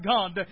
God